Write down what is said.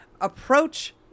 approach